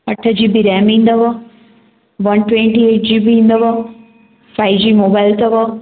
अठ GB RAM ईंदव one twenty eight GB ईंदव फाइव जी मोबाइल अथव